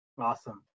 Awesome